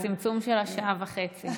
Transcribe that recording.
הצמצום של השעה וחצי.